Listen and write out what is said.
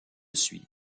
suit